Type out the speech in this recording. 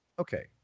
Okay